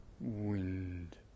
wind